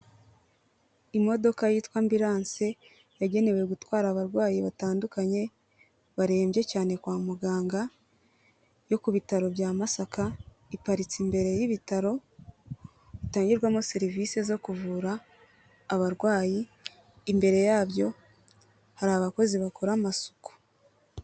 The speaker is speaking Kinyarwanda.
imodoka yitwa ambirance yagenewe gutwara abarwayi batandukanye barembye cyane kwa muganga yo ku bitaro bya masaka iparitse imbere y'ibitaro bitangirwamo serivisi zo kuvura abarwayi imbere yabyo hari abakozi bakora amasuku.